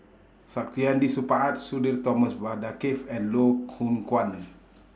Saktiandi Supaat Sudhir Thomas Vadaketh and Loh Kwan